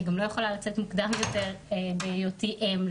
אני גם לא יכולה לצאת מוקדם יותר בהיותי אם,